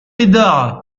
médard